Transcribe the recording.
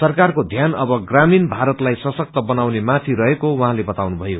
सरकारको ध्यान अब ग्रामीण भारतलाइ सशक्त बनाउने माथि रहेको उहाँले बताउनुभयो